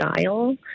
style